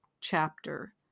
chapter